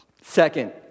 Second